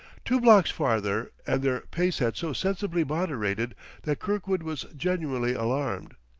two blocks farther, and their pace had so sensibly moderated that kirkwood was genuinely alarmed.